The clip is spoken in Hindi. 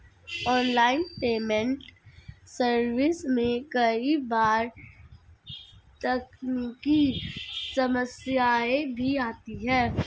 ऑनलाइन पेमेंट सर्विस में कई बार तकनीकी समस्याएं भी आती है